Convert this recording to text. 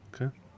okay